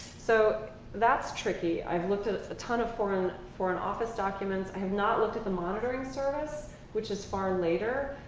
so that's tricky. i've looked at at a ton of foreign foreign office documents. i have not looked at the monitoring service, which is far later.